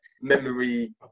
memory